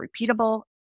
repeatable